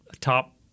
top